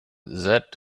that